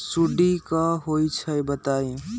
सुडी क होई छई बताई?